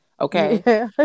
Okay